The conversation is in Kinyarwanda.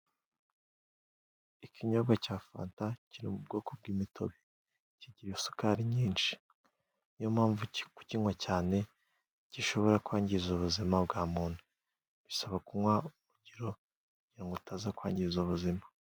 Ikinyobwa cya fanta kiri mu bwoko bw'imitobe. Kigira isukari nyinshi. Niyo mpamvu kukinywa cyane gishobora kwangiza ubuzima bwa muntu. Bisaba kunywa ku urugero, kugira utaza kwangiza ubuzima.